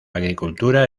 agricultura